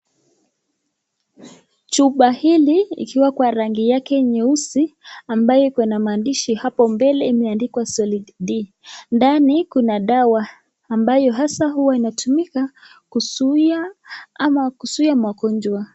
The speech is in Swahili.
Chupa hili ikiwa kwa rangi yake nyeusi ambaye iko na maandishi hapo mbele imeandikwa Sol-D . Ndani kuna dawa ambayo hasa huwa inatumika kuzuia ama kuzuia magonjwa.